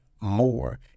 more